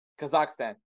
Kazakhstan